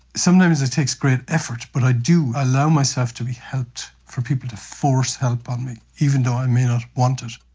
sometimes it takes great effort, but i do allow myself to be helped, for people to force help on me, even though i may not want it.